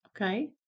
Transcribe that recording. Okay